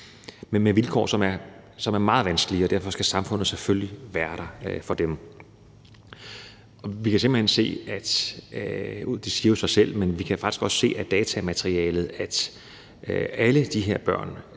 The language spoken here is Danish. under vilkår, som er meget vanskelige, og derfor skal samfundet selvfølgelig være der for dem. Og det siger jo sig selv, men vi kan faktisk også se af datamaterialet, at alle de her børn